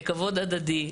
לכבוד הדדי,